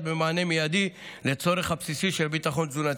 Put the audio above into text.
במענה מיידי על הצורך הבסיסי של ביטחון תזונתי.